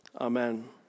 Amen